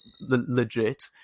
legit